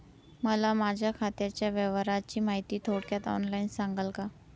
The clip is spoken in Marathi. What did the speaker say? मला माझ्या खात्याच्या व्यवहाराची माहिती थोडक्यात ऑनलाईन सांगाल का?